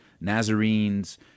Nazarenes